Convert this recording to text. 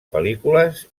pel·lícules